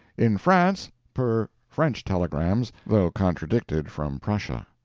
in france, per french telegrams, though contradicted from prussia.